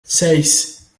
seis